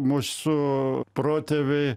mūsų protėviai